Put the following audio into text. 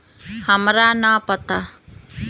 पढे खातीर ऋण कईसे मिले ला?